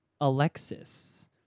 Alexis